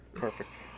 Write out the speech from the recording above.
Perfect